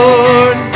Lord